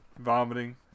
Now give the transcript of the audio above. vomiting